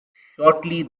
shortly